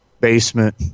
basement